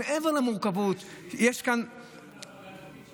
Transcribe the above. מעבר למורכבות, גבעת אורנים.